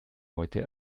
heute